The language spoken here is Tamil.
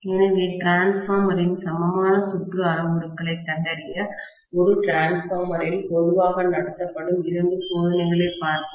எனவே டிரான்ஸ்பார்மரின் சமமான சுற்று அளவுருக்களைக் கண்டறிய ஒரு டிரான்ஸ்பார்மரில் பொதுவாக நடத்தப்படும் இரண்டு சோதனைகளைப் பார்ப்போம்